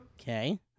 Okay